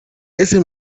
ese